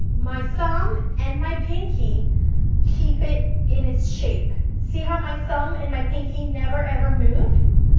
my thumb and my pinky keep it in it's shape. see how my thumb and my pinky never ever move?